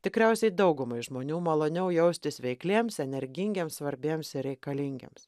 tikriausiai daugumai žmonių maloniau jaustis veikliems energingiems svarbiems ir reikalingiems